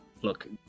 Look